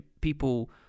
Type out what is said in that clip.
people